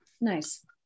nice